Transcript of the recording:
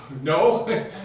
No